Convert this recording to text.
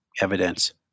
evidence